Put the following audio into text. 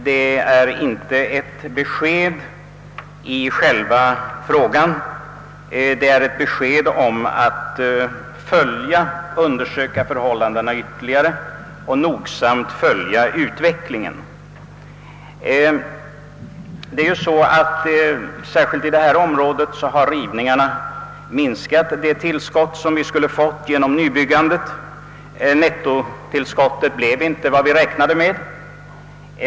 Det är inte ett besked i själva sakfrågan — det är bara ett uttalande att man skall undersöka förhållandena ytterligare och noga följa utvecklingen. Särskilt i stockholmsområdet har ju rivningarna minskat det tillskott som vi skulle ha fått genom nybyggandet. Nettotillskottet blev inte vad vi räknade med.